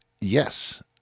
Yes